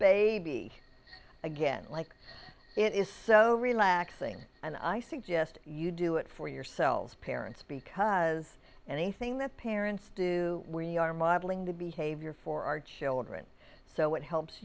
baby again like it is so relaxing and i suggest you do it for yourselves parents because anything that parents do we are modeling the behavior for our children so it helps